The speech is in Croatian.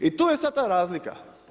I tu je sada ta razlika.